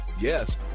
Yes